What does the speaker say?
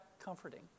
comforting